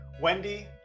Wendy